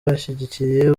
ashyigikiye